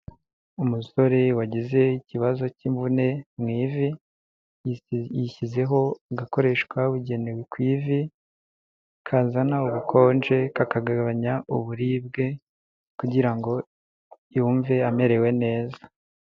Umusore wagize ikibazo cy'imvune mu ivi, yishyizeho agakoreshwo kabugenewe ku ivi, kazana ubukonje kakagabanya uburibwe, kugira ngo yumve amerewe neza.